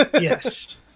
Yes